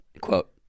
quote